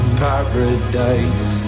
paradise